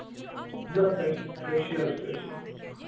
نہ فرٛٮ۪ش فرٛٮ۪شی حظ فرٛٮ۪شی